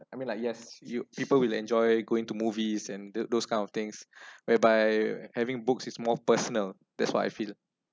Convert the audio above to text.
I mean like yes you people will enjoy going to movies and those those kind of things whereby having books is more personal that's what I feel